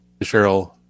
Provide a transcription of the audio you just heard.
cheryl